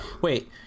Wait